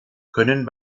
können